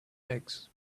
eggs